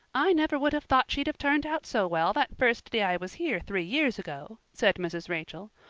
i never would have thought she'd have turned out so well that first day i was here three years ago, said mrs. rachel.